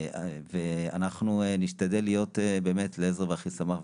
אנחנו נשתדל להיות באמת לעזר ואחיסמך.